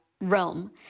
realm